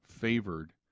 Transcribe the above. favored